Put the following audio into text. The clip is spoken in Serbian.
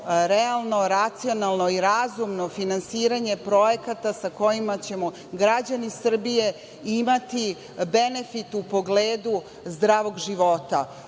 realno, racionalno i razumno finansiranje projekata sa kojima će građani Srbije imati benefit u pogledu zdravog života,